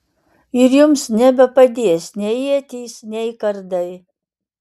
ir jums nebepadės nei ietys nei kardai